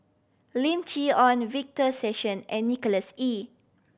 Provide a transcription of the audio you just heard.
Lim Chee Onn Victor Sassoon and Nicholas Ee